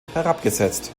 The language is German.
herabgesetzt